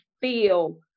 feel